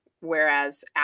whereas